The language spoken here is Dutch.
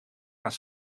gaan